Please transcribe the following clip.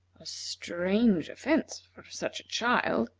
a strange offence for such a child,